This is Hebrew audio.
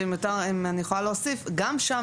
גם שם,